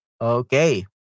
Okay